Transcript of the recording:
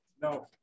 No